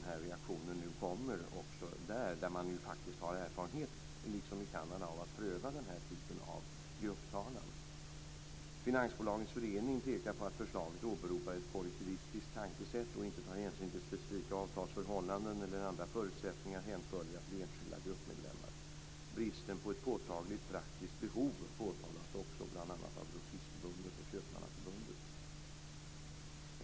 Där, liksom i Kanada, har man faktiskt erfarenhet av att ha prövat den här typen av grupptalan. Finansbolagens förening pekar på att förslaget åberopar ett kollektivistiskt tankesätt och inte tar hänsyn till specifika avtalsförhållanden eller andra förutsättningar hänförliga till enskilda gruppmedlemmar. Bristen på ett påtagligt praktiskt behov påtalas också, bl.a. av Grossistförbundet och Köpmannaförbundet.